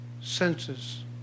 senses